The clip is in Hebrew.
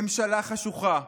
ממשלה חשוכה: